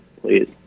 Please